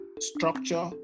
Structure